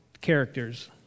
characters